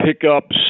pickups